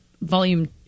volume